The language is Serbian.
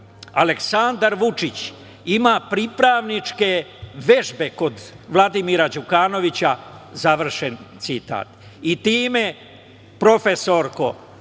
„Aleksandar Vučić ima pripravničke vežbe kod Vladimira Đukanovića“, završen citat. Time, profesorko,